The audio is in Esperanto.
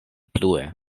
plue